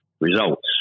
results